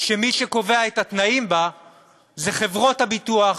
שמי שקובע את התנאים בה זה חברות הביטוח,